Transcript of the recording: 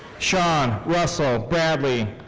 sean russell bradley.